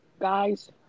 Guys